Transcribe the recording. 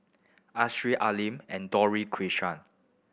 Arasu Al Lim and Dorothy Krishnan